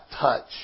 touch